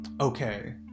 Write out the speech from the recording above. okay